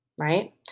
Right